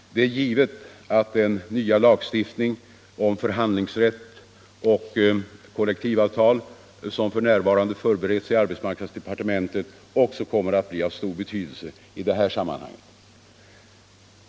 Det är givet att den nya lagstiftning om förhandlingsrätt och kollektivavtal som f.n. förbereds i arbetsmarknadsdepartementet också kommer att bli av stor betydelse i detta sammanhang.